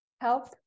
help